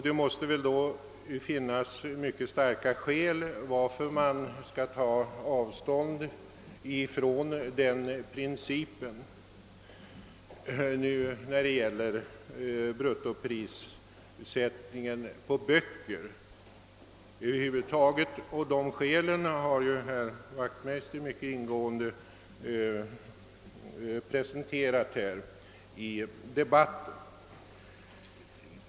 Det måste väl då finnas mycket starka skäl för att man skall ta avstånd från den principen när det gäller bruttoprissättningen på böcker över huvud taget. De skälen har ju herr Wachtmeister mycket ingående presenterat här i debatten.